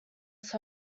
such